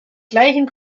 gleichen